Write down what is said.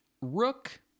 Rook